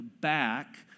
back